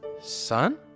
Son